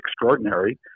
extraordinary